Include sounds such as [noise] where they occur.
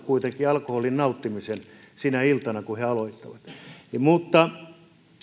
[unintelligible] kuitenkin aloittavat alkoholin nauttimisen sinä iltana jo silloin kun he aloittavat mutta